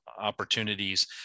opportunities